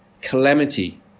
calamity